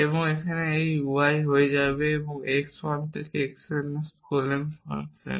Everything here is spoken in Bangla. সুতরাং এই y হয়ে যাবে x 1 থেকে x n এর skolem ফাংশন